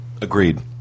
Agreed